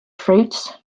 fruits